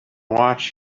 watch